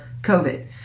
COVID